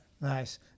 nice